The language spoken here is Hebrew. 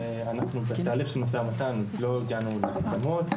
שאנחנו נמצאים בתהליך של משא ומתן ועוד לא הגענו להסכמות.